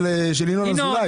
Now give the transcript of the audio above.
של ינון אזולאי.